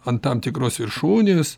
ant tam tikros viršūnės